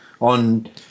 on